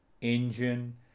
engine